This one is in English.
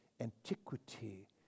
antiquity